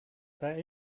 that